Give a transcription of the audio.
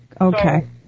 Okay